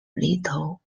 little